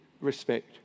respect